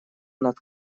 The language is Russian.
над